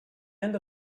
end